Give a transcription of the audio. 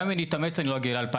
גם אם אני אתאמץ אני לא אגיע ל-2,100.